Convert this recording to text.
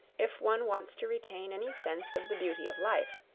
if one wants to retain any sense of the beauty of life,